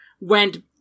went